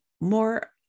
more